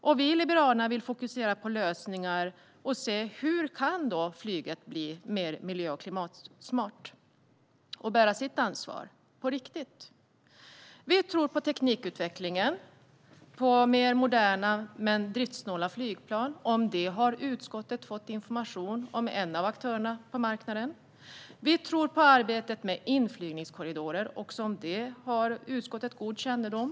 Vi i Liberalerna vill fokusera på lösningar och se hur flyget kan bli mer miljö och klimatsmart och bära sitt ansvar på riktigt. Vi tror på teknikutveckling, på mer moderna men driftsnåla flygplan. Om detta har utskottet fått information av en av aktörerna på marknaden. Vi tror på arbetet med inflygningskorridorer. Också om detta har utskottet god kännedom.